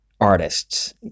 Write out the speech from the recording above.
artists